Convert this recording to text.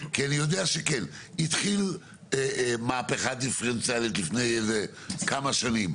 כי אני יודע שכן התחילו מהפכה דיפרנציאלית לפני כמה שנים.